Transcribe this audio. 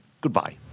goodbye